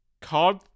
Card